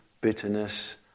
bitterness